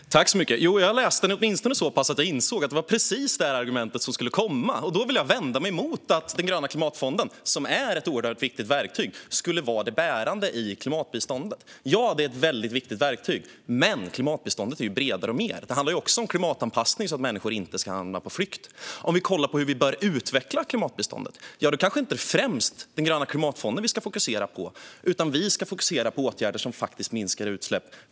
Fru talman! Jag har läst den åtminstone så pass att jag insåg att det var precis det här argumentet som skulle komma. Jag vill vända mig mot att den gröna klimatfonden - som är ett oerhört viktigt verktyg - skulle vara det bärande i klimatbiståndet. Ja, det är ett väldigt viktigt verktyg. Men klimatbiståndet är bredare och mer. Det handlar också om klimatanpassning så att människor inte ska hamna på flykt. Om vi tittar på hur vi bör utveckla klimatbiståndet är det kanske inte främst den gröna klimatfonden vi ska fokusera på. Vi ska fokusera på åtgärder som faktiskt minskar utsläpp.